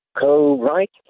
co-write